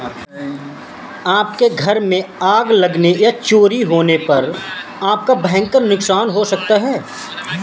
आपके घर में आग लगने या चोरी होने पर आपका भयंकर नुकसान हो सकता है